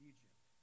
Egypt